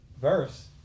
verse